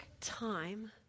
time